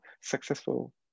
successful